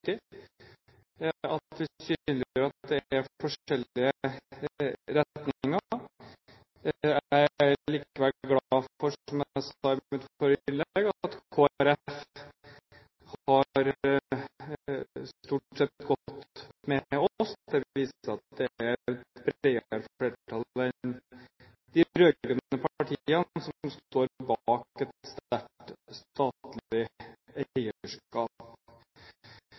at det er forskjellige retninger. Jeg er likevel glad for, som jeg sa i mitt forrige innlegg, at Kristelig Folkeparti stort sett har gått med oss. Det viser at det er et bredere flertall enn de rød-grønne partiene som står bak et sterkt statlig